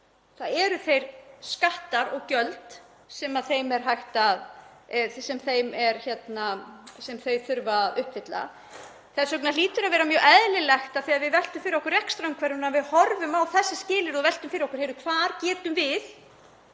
það eru skattar og gjöld sem þeir þurfa að uppfylla. Þess vegna hlýtur að vera mjög eðlilegt þegar við veltum fyrir okkur rekstrarumhverfinu að þá horfum við á þessi skilyrði og veltum fyrir okkur: Hvar getum við